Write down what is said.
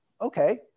Okay